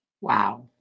Wow